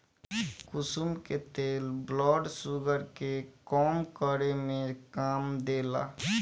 कुसुम के तेल blood sugar के कम करे में काम देला